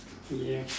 ya